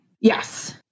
Yes